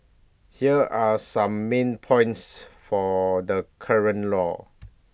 here are some main points for the current law